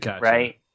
Right